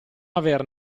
aver